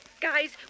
Guys